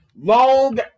long